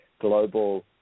global